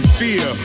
fear